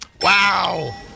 Wow